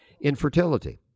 Infertility